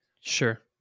Sure